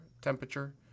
temperature